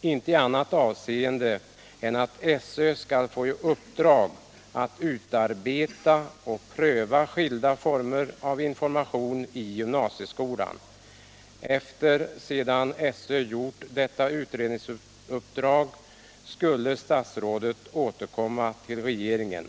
i annat avseende än aut SÖ skall få i uppdrag att utarbeta och pröva skilda former av information i gymnasieskolan. Sedan SÖ fullgjort detta utredningsuppdrag, skulle statsrådet återkomma i frågan till regeringen.